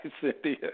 Cynthia